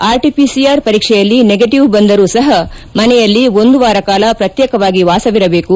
RTPCR ಪರೀಕ್ಷೆಯಲ್ಲಿ negative ಬಂದರೂ ಸಹ ಮನೆಯಲ್ಲಿ ಒಂದುವಾರಕಾಲ ಪ್ರತ್ಯೇಕವಾಗಿ ವಾಸವಿರಬೇಕು